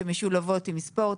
שמשולבות עם ספורט,